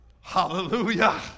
hallelujah